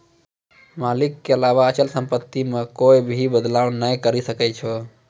मालिक के अलावा अचल सम्पत्ति मे कोए भी बदलाव नै करी सकै छै